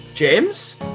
James